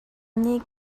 nih